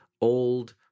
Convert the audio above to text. old